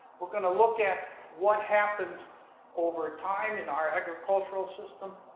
we're going to look at what happens over time in our agricultural system.